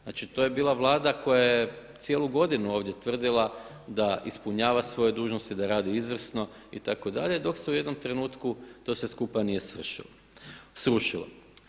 Znači, to je bila Vlada koja je cijelu godinu ovdje tvrdila da ispunjava svoje dužnosti, da radi izvrsno itd. dok se u jednom trenutku to sve skupa nije srušilo.